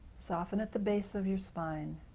soften at the base of your spine.